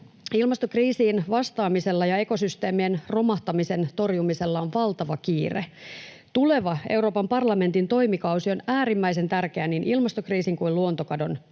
Ilmastokriisiin vastaamisella ja ekosysteemien romahtamisen torjumisella on valtava kiire. Tuleva Euroopan parlamentin toimikausi on äärimmäisen tärkeä niin ilmastokriisin kuin luontokadon kannalta.